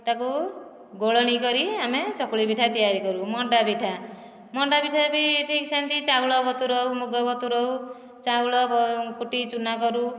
ତାକୁ ଗୋଳଣି କରି ଆମେ ଚକୁଳି ପିଠା ତିଆରି କରୁ ମଣ୍ଡାପିଠା ମଣ୍ଡାପିଠା ବି ଠିକ୍ ସେମିତି ଚାଉଳ ବତୁରାଉ ମୁଗ ବତୁରାଉ ଚାଉଳ କୁଟି ଚୁନା କରୁ